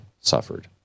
suffered